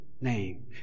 name